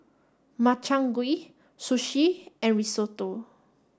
Makchang Gui Sushi and Risotto